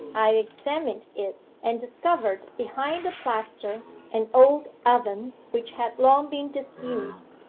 i examined it, and discovered behind the plaster an old oven which had long been disused,